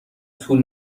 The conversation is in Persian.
طول